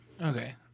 Okay